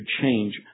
change